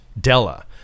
Della